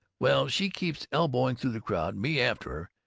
well, she keeps elbowing through the crowd, me after her,